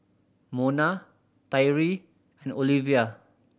Mona Tyree and Oliva